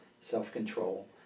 self-control